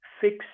fix